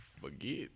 forget